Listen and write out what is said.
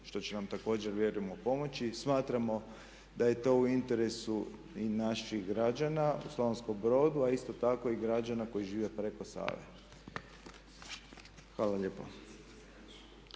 što će nam također vjerujemo pomoći. Smatramo da je to u interesu i naših građana u Slavonskom Brodu a isto tako i građana koji žive preko Save. Hvala lijepo.